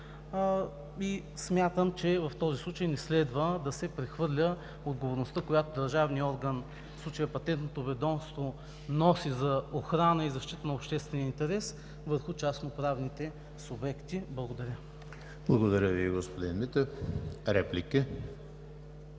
и смятам, че в този случай не следва да се прехвърля отговорността, която държавният орган, в случая Патентното ведомство, носи за охрана и защита на обществения интерес върху частноправните субекти. Благодаря. ПРЕДСЕДАТЕЛ ЕМИЛ ХРИСТОВ: Благодаря Ви, господин Митев. Реплики?